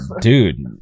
Dude